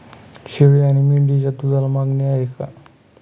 शेळी आणि मेंढीच्या दूधाला मागणी आहे का?